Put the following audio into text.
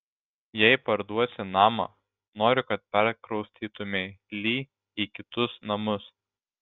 jei parduosi namą noriu kad perkraustytumei lee į kitus namus